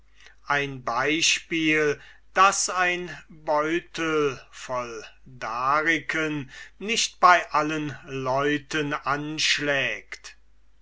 ein beispiel daß ein beutel voll dariken nicht bei allen leuten anschlägt